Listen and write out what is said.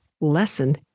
lesson